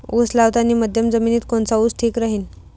उस लावतानी मध्यम जमिनीत कोनचा ऊस ठीक राहीन?